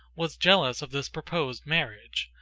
was jealous of this proposed marriage.